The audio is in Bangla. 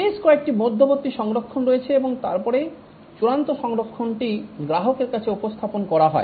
বেশ কয়েকটি মধ্যবর্তী সংস্করণ রয়েছে এবং তারপরে চূড়ান্ত সংস্করণটি গ্রাহকের কাছে উপস্থাপন করা হয়